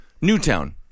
Newtown